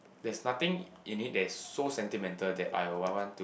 there's nothing in it that's so sentimental that I'll I want to